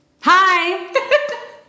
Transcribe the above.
Hi